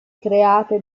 create